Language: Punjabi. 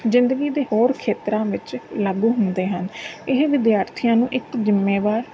ਜ਼ਿੰਦਗੀ ਦੇ ਹੋਰ ਖੇਤਰਾਂ ਵਿੱਚ ਲਾਗੂ ਹੁੰਦੇ ਹਨ ਇਹ ਵਿਦਿਆਰਥੀਆਂ ਨੂੰ ਇੱਕ ਜ਼ਿੰਮੇਵਾਰ